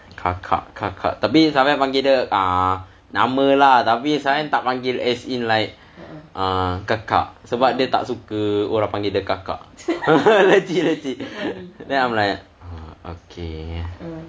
kakak-kakak tapi safian panggil dia nama lah tapi safian tak panggil as in like ah kakak sebab dia tak suka orang panggil dia kakak legit legit then I'm like okay